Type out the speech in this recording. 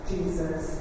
Jesus